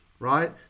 right